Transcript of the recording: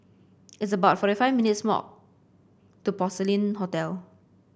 it's about forty five minutes' walk to Porcelain Hotel